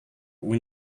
when